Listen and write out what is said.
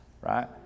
right